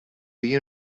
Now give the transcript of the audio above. you